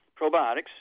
probiotics